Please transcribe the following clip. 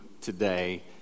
today